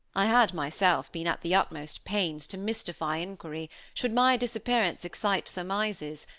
i had myself been at the utmost pains to mystify inquiry, should my disappearance excite surmises,